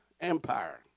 Empire